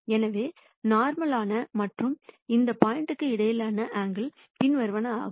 எனவே நார்மல்லானா மற்றும் அந்த பாயிண்ட்க்கு இடையிலான ஆங்கில் பின்வருவனவாக இருக்கும்